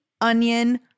onion